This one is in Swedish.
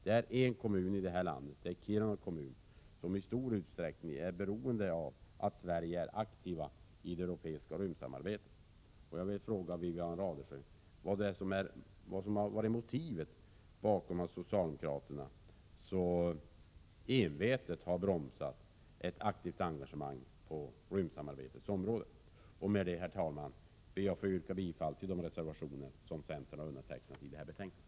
Det finns en kommun i detta land, Kiruna kommun, som i stor utsträckning är beroende av att Sverige är aktivt i det europeiska rymdsamarbetet. Jag vill fråga Wivi-Anne Radesjö vad det finns för motiv för att socialdemokraterna så envetet har bromsat ett aktivt engagemang på rymdsamarbetets område. Herr talman! Med det anförda ber jag att få yrka bifall till de reservationer som centern har undertecknat i detta betänkande.